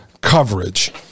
coverage